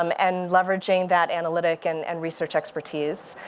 um and leveraging that analytic and and research expertise.